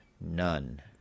None